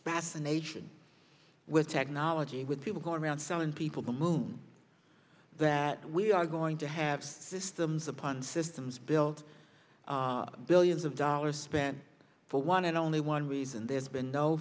fascination with technology with people going around selling people the moon that we are going to have systems upon systems built billions of dollars spent for one and only one reason there's been no